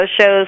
shows